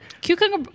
Cucumber